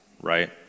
right